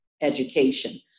education